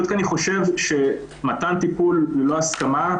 אני חושב שמתן טיפול ללא הסכמה,